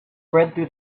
through